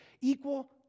Equal